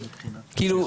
כאילו,